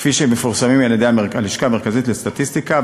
כפי שהם מתפרסמים על-ידי הלשכה המרכזית לסטטיסטיקה,